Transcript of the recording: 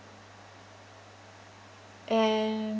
and